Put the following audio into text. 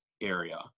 area